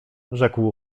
rzekł